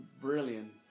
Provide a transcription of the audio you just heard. brilliant